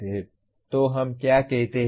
तो हम क्या कहते हैं